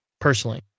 personally